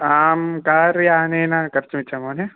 आं कार्यानेन कर्तुमिच्छामि महोदय